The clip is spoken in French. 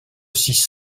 six